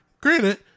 Granted